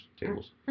tables